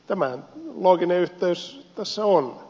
tämä looginen yhteys tässä on